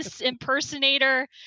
impersonator